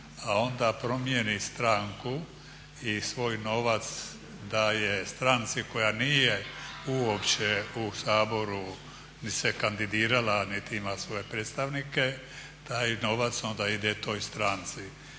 a onda promijeni stranku i svoj novac daje stranci koja nije uopće u Saboru niti se kandidirala niti ima svoje predstavnike, taj novac onda ide toj stranci.